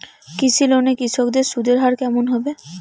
কৃষি লোন এ কৃষকদের সুদের হার কেমন হবে?